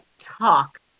talk